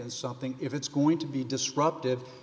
as something if it's going to be disruptive